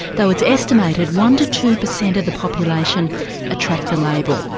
though it's estimated one to two per cent of the population attract the label.